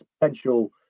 potential